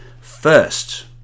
First